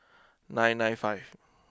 nine nine five